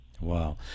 Wow